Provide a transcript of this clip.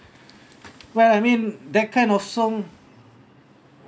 well I mean that kind of song